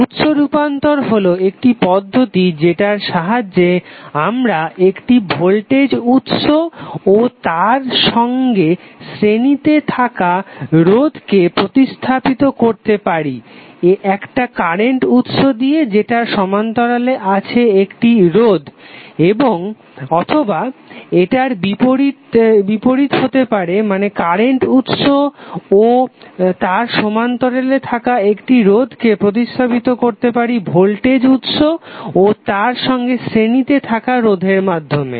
উৎস রূপান্তর হলো একটি পদ্ধতি যেটার সাহায্যে আমরা একটি ভোল্টেজ উৎস ও তার সঙ্গে শ্রেণীতে থাকা রোধকে প্রতিস্থাপিত করতে পারি একটা কারেন্ট উৎস দিয়ে যেটার সমান্তরালে আছে একটি রোধ অথবা এটার বিপরীতটি হতে পারে মানে কারেন্ট উৎস ও তার সমান্তরালে থাকা একটি রোধকে প্রতিস্থাপিত করতে পারি ভোল্টেজ উৎস ও তার সঙ্গে শ্রেণীতে থাকা রোধের মাধ্যমে